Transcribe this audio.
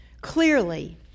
Clearly